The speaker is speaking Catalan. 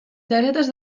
targetes